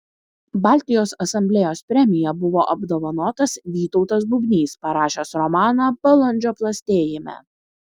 baltijos asamblėjos premija buvo apdovanotas vytautas bubnys parašęs romaną balandžio plastėjime